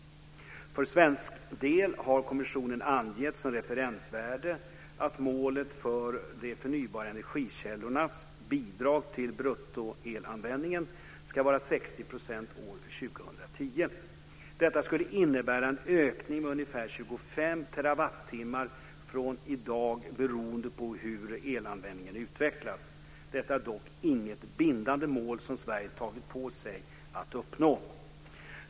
För svensk del har kommissionen angett som referensvärde att målet för de förnybara energikällornas bidrag till bruttoelanvändningen ska vara 60 % år 2010. Detta skulle innebära en ökning med ungefär 25 terawattimmar från i dag beroende på hur elanvändningen utvecklas. Detta är dock inget bindande mål som Sverige tagit på sig att uppnå.